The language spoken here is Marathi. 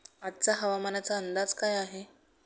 आजचा हवामानाचा अंदाज काय आहे?